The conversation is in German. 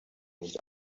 nicht